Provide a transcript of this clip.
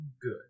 good